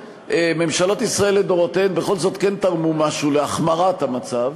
ממשלות ישראל לדורותיהן בכל זאת כן תרמו משהו להחמרת המצב,